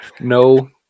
No